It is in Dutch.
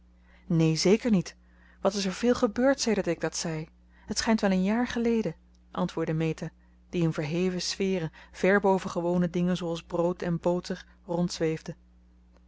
neen zeker niet wat is er veel gebeurd sedert ik dat zei het schijnt wel een jaar geleden antwoordde meta die in verheven sferen ver boven gewone dingen zooals brood en boter